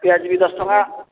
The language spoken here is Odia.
ପିଆଜି ବିି ଦଶ ଟଙ୍କା